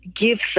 gives